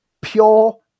Pure